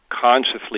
consciously